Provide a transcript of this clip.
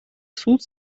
суд